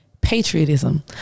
patriotism